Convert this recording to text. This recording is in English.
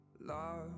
love